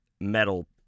metal